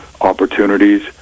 opportunities